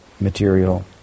material